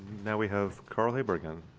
now we have carl haber again.